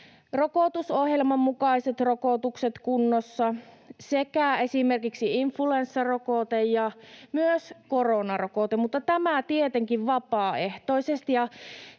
rokotusohjelman mukaiset rokotukset kunnossa sekä esimerkiksi influenssarokote ja myös koronarokote — mutta tämä tietenkin vapaaehtoisesti.